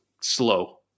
slow